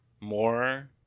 more